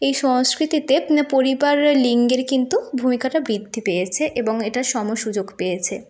এই সংস্কৃতিতে পরিবার লিঙ্গের কিন্তু ভূমিকাটা বৃদ্ধি পেয়েছে এবং এটার সম সুযোগ পেয়েছে